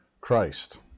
Christ